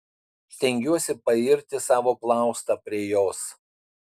stengiuosi pairti savo plaustą prie jos